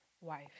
wife